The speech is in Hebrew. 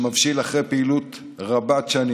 שמבשיל אחרי פעילות רבת-שנים,